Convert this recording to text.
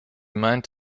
meint